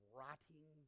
rotting